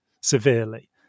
severely